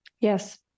Yes